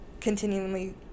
continually